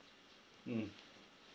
mm